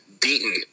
beaten